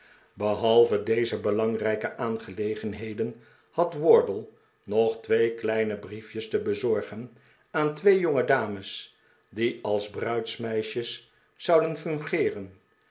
behalve deze belangrijke aangelegenheden had wardle nog twee kleine brief jes te bezorgen aan twee jongedames die als bruidsmeisjes zouden fungeeren